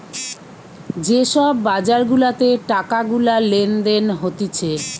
যে সব বাজার গুলাতে টাকা গুলা লেনদেন হতিছে